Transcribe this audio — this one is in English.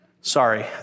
Sorry